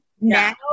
Now